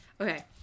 Okay